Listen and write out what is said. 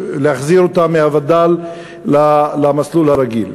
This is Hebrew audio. להחזיר אותה מהווד"ל למסלול הרגיל,